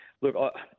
look